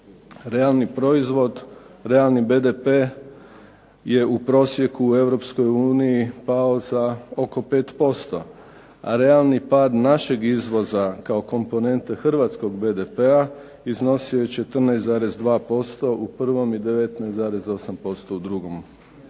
Realni proizvod, realni BDP je u prosjeku u Europskoj uniji pao za oko 5% a realni pad našeg izvoza kao komponente hrvatskog BDP-a iznosio je 14,2% u prvom i 19,8% u drugom